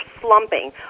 slumping